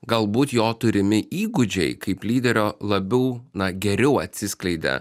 galbūt jo turimi įgūdžiai kaip lyderio labiau na geriau atsiskleidė